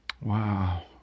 Wow